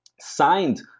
signed